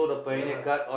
ya lah